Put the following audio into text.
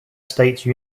state